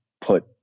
put